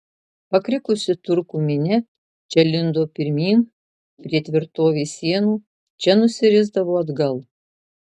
pakrikusi turkų minia čia lindo pirmyn prie tvirtovės sienų čia nusirisdavo atgal